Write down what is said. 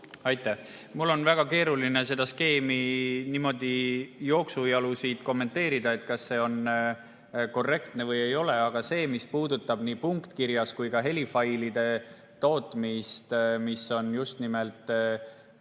Aitäh! Mul on väga keeruline seda skeemi niimoodi jooksujalu siit kommenteerida, kas see on korrektne või ei ole. Aga mis puudutab nii punktkirja kui ka helifailide tootmist, mis on just nimelt